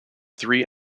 three